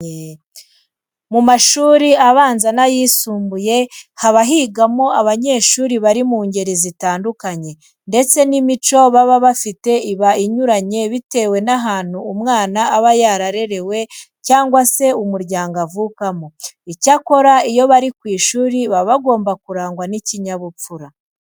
Mu mashuri abanza n'ayisumbuye haba higamo abanyeshuri bari mu ngeri zitandukanye ndetse n'imico baba bafite iba inyuranye bitewe n'ahantu umwana aba yararerewe cyangwa se umuryango avukamo. Icyakora, iyo bari ku ishuri baba bagomba kurangwa n'ikinyabupfura.